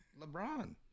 LeBron